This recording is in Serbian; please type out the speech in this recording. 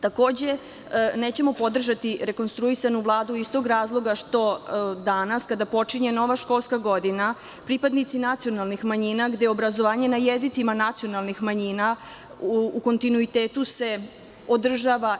Takođe, nećemo podržati rekonstruisanu Vladu iz tog razloga što danas kada počinje nova školska godina pripadnici nacionalnih manjina gde obrazovanje na jezicima nacionalnih manjina u kontinuitetu se održava.